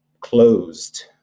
closed